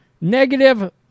negative